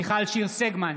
מיכל שיר סגמן,